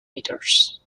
meters